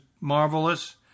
marvelous